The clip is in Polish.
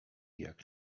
jak